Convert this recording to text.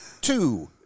two